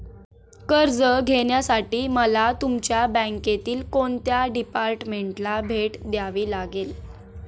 कर्ज घेण्यासाठी मला तुमच्या बँकेतील कोणत्या डिपार्टमेंटला भेट द्यावी लागेल?